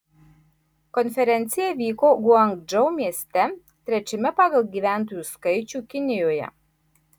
konferencija vyko guangdžou mieste trečiame pagal gyventojų skaičių kinijoje